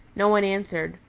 no one answered.